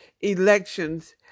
elections